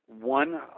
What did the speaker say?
one